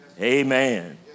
amen